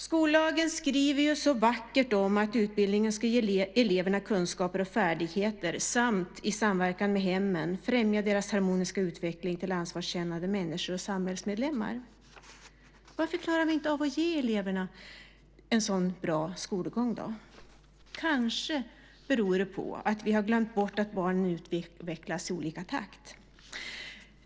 Skollagen skriver ju så vackert om att utbildningen ska ge eleverna kunskaper och färdigheter samt, i samverkan med hemmen, främja deras harmoniska utveckling till ansvarskännande människor och samhällsmedlemmar. Varför klarar vi då inte av att ge eleverna en sådan bra skolgång? Det beror kanske på att vi har glömt bort att barnen utvecklas i olika takt.